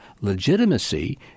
legitimacy